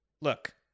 look